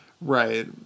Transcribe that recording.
Right